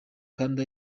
kandi